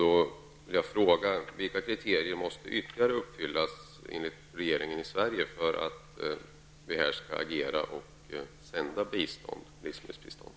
Jag vill då fråga: Vilka ytterligare kriterier måste uppfyllas, enligt regeringen i Sverige, för att vi skall agera och lämna livsmedelsbistånd?